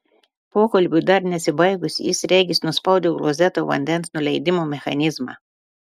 pokalbiui dar nesibaigus jis regis nuspaudė klozeto vandens nuleidimo mechanizmą